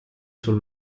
sul